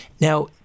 Now